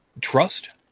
trust